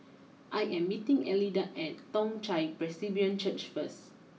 I am meeting Elida at Toong Chai Presbyterian Church first